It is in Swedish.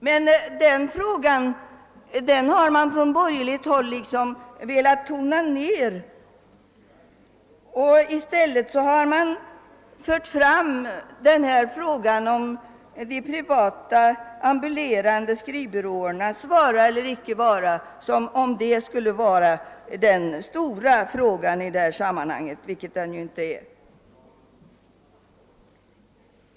Men denna fråga har man velat tona ned på borgerligt håll. I stället har man fört fram de privata ambulerande skrivbyråernas vara eller icke vara som om det vore den stora frågan i detta sammanhang, vilket det ju inte är.